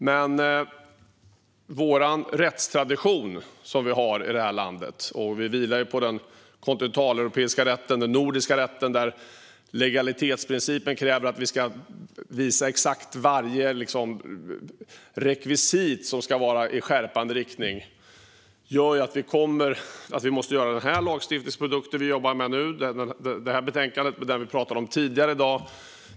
Men den rättstradition som vi har i det här landet - vi vilar på den kontinentaleuropeiska och nordiska rätten där legalitetsprincipen kräver att vi ska visa exakt varje rekvisit i skärpande riktning - gör att vi måste göra den lagstiftningsprodukt som vi jobbar med nu. Det är alltså detta betänkande och det vi talade om tidigare i dag.